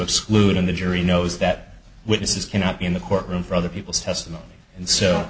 exclude in the jury knows that witnesses cannot be in the court room for other people's testimony and so